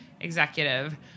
executive